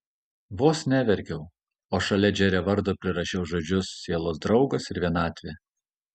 vos neverkiau o šalia džerio vardo prirašiau žodžius sielos draugas ir vienatvė